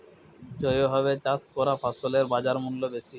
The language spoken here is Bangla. জৈবভাবে চাষ করা ফসলের বাজারমূল্য বেশি